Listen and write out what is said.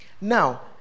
Now